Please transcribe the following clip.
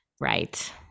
Right